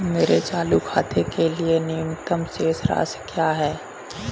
मेरे चालू खाते के लिए न्यूनतम शेष राशि क्या है?